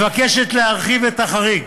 מבקשת להרחיב את החריג,